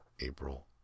April